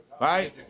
Right